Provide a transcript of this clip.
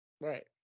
Right